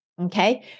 Okay